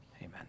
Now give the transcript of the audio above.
Amen